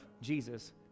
Jesus